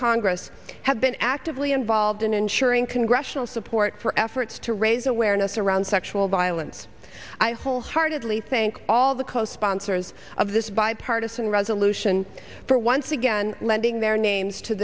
congress have been actively involved in ensuring congressional support for efforts to raise awareness around sexual violence i wholeheartedly thank all the co sponsors of this bipartisan resolution for once again lending their names to